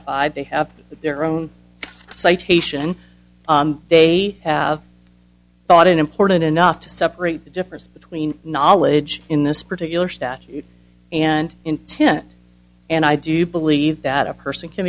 codified they have their own citation they have thought it important enough to separate the difference between knowledge in this particular statute and intent and i do believe that a person can